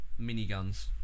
miniguns